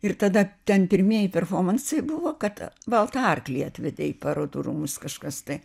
ir tada ten pirmieji performansai buvo kad baltą arklį atvedė į parodų rūmus kažkas tai